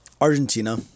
Argentina